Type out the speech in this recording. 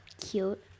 cute